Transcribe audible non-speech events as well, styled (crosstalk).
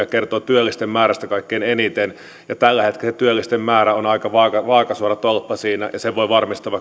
(unintelligible) kertoo työllisten määrästä kaikkein eniten ja tällä hetkellä työllisten määrä on siinä aika vaakasuora tolppa sen voi varmistaa (unintelligible)